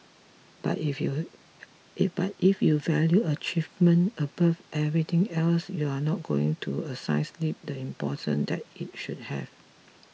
but if you but if you value achievement above everything else you're not going to assign sleep the importance that it should have